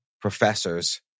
professors